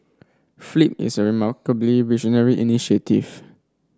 flip is a remarkably visionary initiative